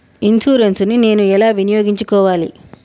Insurance ని నేను ఎలా వినియోగించుకోవాలి?